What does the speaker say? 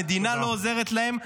המדינה לא עוזרת להם.